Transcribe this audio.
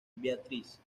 beatriz